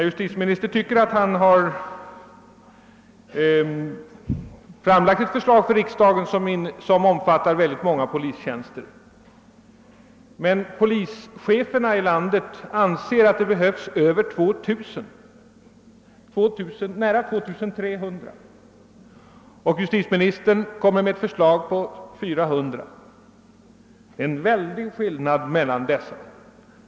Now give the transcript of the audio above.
Justitieministern tycker att han för riksdagen framlagt ett förslag som omfattar synnerligen många polistjänster, men landets polischefer anser att det behövs nära 2 300 tjänster medan justitieministern föreslår 400. Det är en mycket stor skillnad.